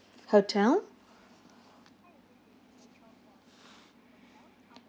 hotel